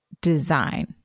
design